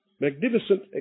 Magnificent